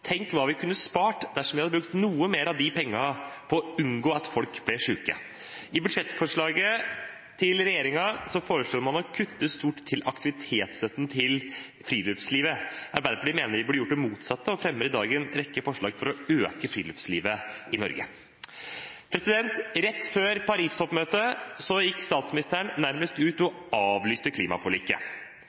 Tenk hva vi kunne spart dersom vi hadde brukt noe mer av de pengene på å unngå at folk ble syke. I budsjettforslaget fra regjeringen foreslår man å kutte stort i aktivitetsstøtten til friluftslivet. Arbeiderpartiet mener vi burde gjøre det motsatte, og fremmer i dag en rekke forslag for å styrke friluftslivet i Norge. Rett før Paris-toppmøtet gikk statsministeren ut og nærmest avlyste klimaforliket.